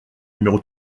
numéro